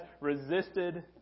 resisted